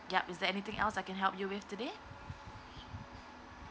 yup is there anything else I can help you with today